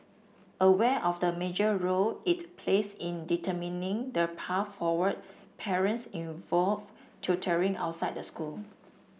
aware of the major role it plays in determining the path forward parents involve tutoring outside the school